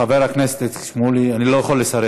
חבר הכנסת איציק שמולי, אני לא יכול לסרב.